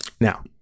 now